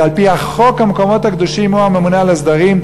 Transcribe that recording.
שעל-פי חוק המקומות הקדושים הוא הממונה על הסדרים,